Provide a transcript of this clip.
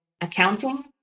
accounting